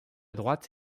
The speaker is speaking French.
droite